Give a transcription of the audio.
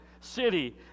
city